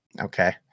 Okay